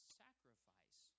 sacrifice